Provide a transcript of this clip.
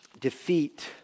defeat